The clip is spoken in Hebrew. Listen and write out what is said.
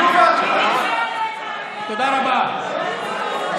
תודה רבה.